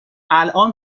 الان